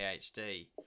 PhD